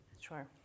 Sure